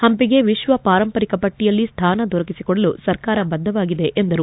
ಹಂಪಿಗೆ ವಿಶ್ವ ಪಾರಂಪರಿಕ ಪಟ್ಟಿಯಲ್ಲಿ ಸ್ಥಾನ ದೊರಕಿಸಿಕೊಡಲು ಸರ್ಕಾರ ಬದ್ದವಾಗಿದೆ ಎಂದರು